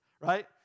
Right